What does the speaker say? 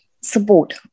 support